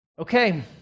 Okay